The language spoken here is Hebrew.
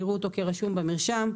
יראו אותו כרשום במרשם.